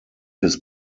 his